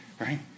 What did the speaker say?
Right